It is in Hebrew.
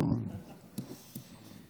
לאורך כל